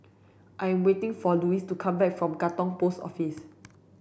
I am waiting for Lois to come back from Katong Post Office